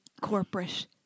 corporate